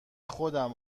خودم